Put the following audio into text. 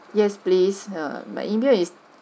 yes please err my email is